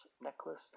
necklace